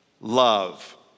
love